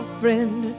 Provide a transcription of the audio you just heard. friend